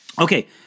Okay